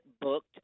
booked